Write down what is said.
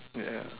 ya